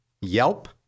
Yelp